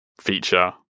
feature